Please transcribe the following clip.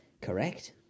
Correct